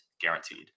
Guaranteed